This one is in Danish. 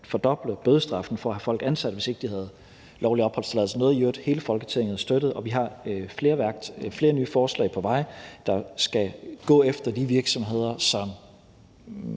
fordoble bødestraffen for at have folk ansat, hvis de ikke havde en lovlig opholdstilladelse, noget, som hele Folketinget i øvrigt støttede. Og vi har flere nye forslag på vej, der skal gå efter de virksomheder, som